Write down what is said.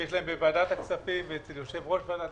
שיש להם בוועדת הכספים אצל יושב-ראש ועדת